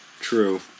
true